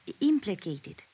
implicated